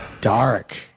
dark